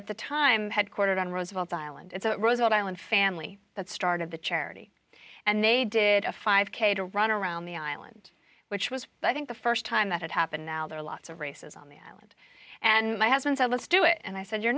at the time headquartered on roosevelt island it's roosevelt island family that start of the charity and they did a five k to run around the island which was i think the st time that it happened now there are lots of races on the island and my husband said let's do it and i said you're